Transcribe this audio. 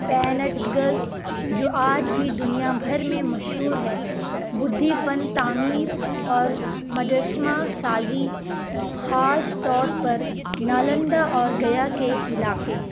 paintings جو آج بھی دنیا بھر میں مشہور ہے بدھی فن تعمیر اور مجسمہ سازی خاص طور پر نالندہ اور گیا کے علاقے